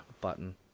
button